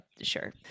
Sure